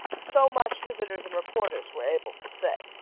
so much, visitors and reporters were able to say.